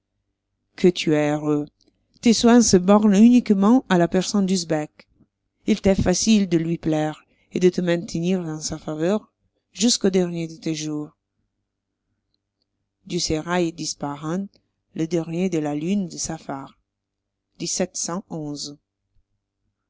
que tu es heureux tes soins se bornent uniquement à la personne d'usbek il t'est facile de lui plaire et de te maintenir dans sa faveur jusques au dernier de tes jours du sérail d'ispahan le dernier de la lune de saphar